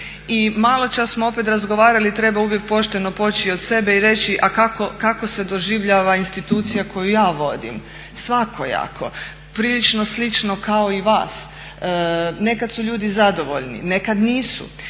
i maločas smo opet razgovarali, treba uvijek pošteno poći od sebe i reći a kako se doživljava institucija koju ja vodim? Svakojako. Prilično slično kao i vas, nekad su ljudi zadovoljni, nekad nisu.